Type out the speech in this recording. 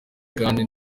kandi